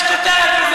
יש כותרת,